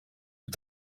but